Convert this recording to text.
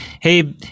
hey